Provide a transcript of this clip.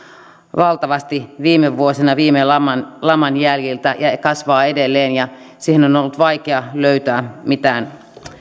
valtavasti viime vuosina viime laman laman jäljiltä ja kasvaa edelleen ja siihen on ollut vaikea löytää mitään